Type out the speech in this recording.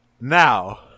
Now